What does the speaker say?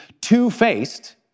two-faced